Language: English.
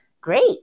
great